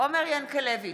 עומר ינקלביץ'